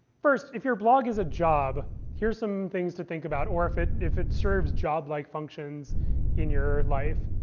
first, if your blog is a job, here's some things to think about or if it if it serves job-like like functions in your life.